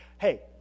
hey